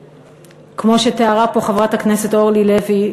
כמו שתיארה פה חברת הכנסת אורלי לוי,